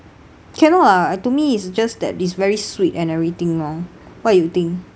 cannot lah to me it's just that it's very sweet and everything lor what you think